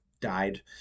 died